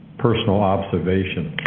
personal observation